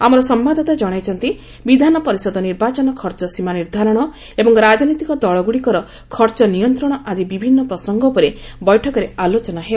ଆମର ସମ୍ଭାଦଦାତା ଜଣାଇଛନ୍ତି ବିଧାନପରିଷଦ ନିର୍ବାଚନ ଖର୍ଚ୍ଚ ସୀମା ନିର୍ଦ୍ଧାରଣ ଏବଂ ରାଜନୈତିକ ଦଳ ଗୁଡ଼ିକର ଖର୍ଚ୍ଚ ନିୟନ୍ତ୍ରଣ ଆଦି ବିଭିନ୍ନ ପ୍ରସଙ୍ଗ ଉପରେ ବୈଠକରେ ଆଲୋଚନା ହେବ